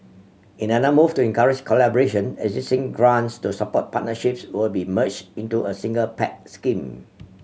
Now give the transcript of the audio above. in another move to encourage collaboration existing grants to support partnerships will be merged into a single Pact scheme